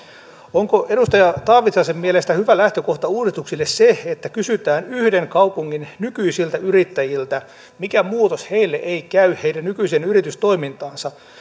onko edustaja taavitsaisen mielestä hyvä lähtökohta uudistuksille se että kysytään yhden kaupungin nykyisiltä yrittäjiltä mikä muutos heille ei käy heidän nykyiseen yritystoimintaansa